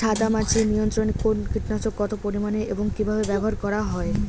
সাদামাছি নিয়ন্ত্রণে কোন কীটনাশক কত পরিমাণে এবং কীভাবে ব্যবহার করা হয়?